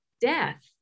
death